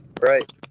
Right